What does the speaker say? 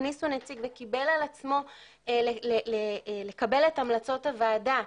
הכניסו נציג והוא קיבל על עצמו לקבל את המלצות הוועדה.